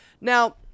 now